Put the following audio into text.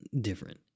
different